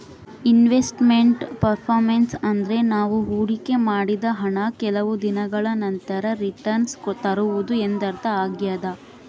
invest made performance ಅಂದ್ರೆ ನಾವು ಹೊಡಿಕೆ ಮಾಡಿದ ಹಣ ಕೆಲವು ದಿನಗಳ ನಂತರ ರಿಟನ್ಸ್ ತರುವುದು ಎಂದರ್ಥ ಆಗ್ಯಾದ